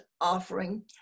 offering